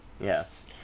Yes